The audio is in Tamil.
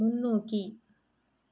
முன்னோக்கி